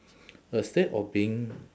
a statue of being